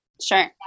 Sure